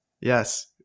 Yes